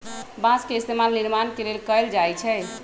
बास के इस्तेमाल निर्माण के लेल कएल जाई छई